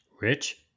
Rich